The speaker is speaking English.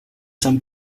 some